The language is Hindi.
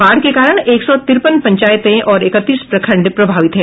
बाढ़ के कारण एक सौ तिरपन पंचायत और इकतीस प्रखंड प्रभावित है